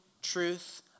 truth